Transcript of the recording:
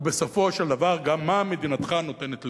ובסופו של דבר גם מה מדינתך נותנת לך.